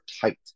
tight